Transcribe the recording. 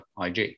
IG